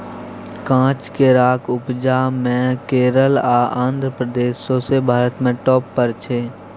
काँच केराक उपजा मे केरल आ आंध्र प्रदेश सौंसे भारत मे टाँप पर छै